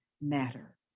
matter